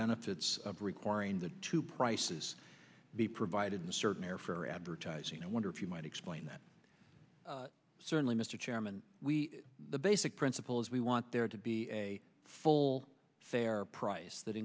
benefits of requiring the two prices be provided in a certain air for advertising i wonder if you might explain that certainly mr chairman we the basic principle is we want there to be a full fair price that